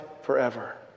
forever